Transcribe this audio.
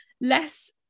less